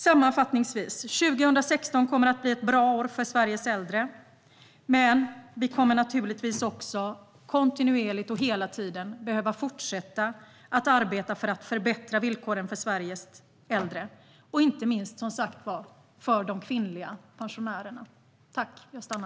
Sammanfattningsvis: År 2016 kommer att bli ett bra år för Sveriges äldre, men vi kommer naturligtvis kontinuerligt och hela tiden att behöva fortsätta att arbeta för att förbättra villkoren för Sveriges äldre, inte minst för de kvinnliga pensionärerna.